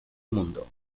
mundo